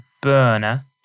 burner